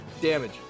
Damage